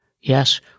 Yes